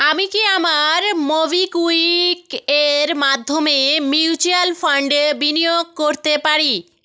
আমি কি আমার মোবিকুইকের মাধ্যমে মিউচুয়াল ফান্ডে বিনিয়োগ করতে পারি